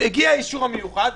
הגיע האישור המיוחד,